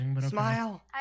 smile